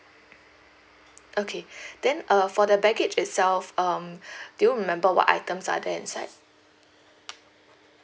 okay then uh for the baggage itself um do you remember what items are there inside